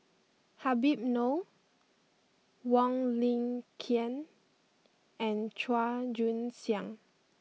Habib Noh Wong Lin Ken and Chua Joon Siang